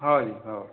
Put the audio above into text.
हाँ जी हाँ